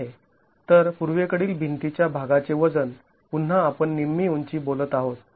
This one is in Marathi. तर पूर्वेकडील भिंतीच्या भागाचे वजन पुन्हा आपण निम्मी उंची बोलत आहोत